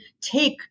take